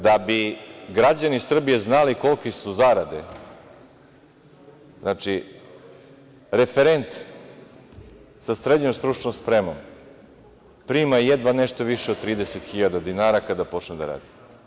Da bi građani Srbije znali kolike su zarade, referent sa srednjom stručnom spremom prima jedva nešto više od 30 hiljada dinara kada počne da radi.